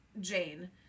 Jane